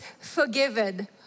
forgiven